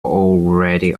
already